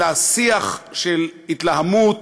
אלא שיח של התלהמות,